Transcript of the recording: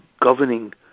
governing